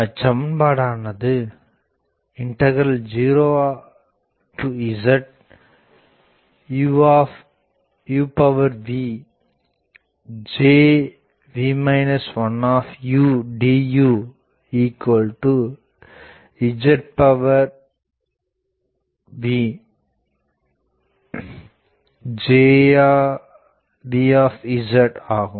அச்சமன்பாடு ஆனது 0z uv Jv 1 duZvJv ஆகும்